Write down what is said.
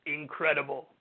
incredible